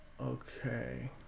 okay